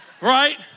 right